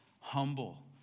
humble